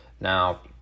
now